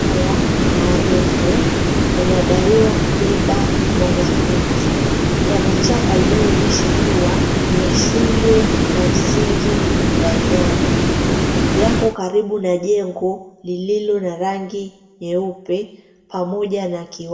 Mabasi haya marefu yanadaiwa kubeba wanafunziyanachapa inaonyesha kuwa ni ya shule ya msingi ya Nyali yako karibu na jengo lililo na rangi nyeupe pamoja na kijani.